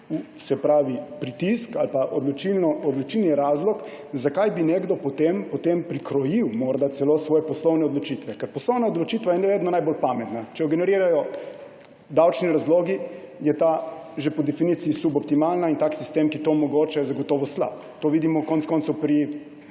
predstavlja pritisk ali pa odločilni razlog, zakaj bi nekdo potem prikrojil morda celo svoje poslovne odločitve. Ker poslovna odločitev je vedno najbolj pametna. Če jo generirajo davčni razlogi, je ta že po definiciji suboptimalna in tak sistem, ki to omogoča, je zagotovo slab. To vidimo konec koncev pri